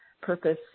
purpose